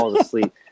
asleep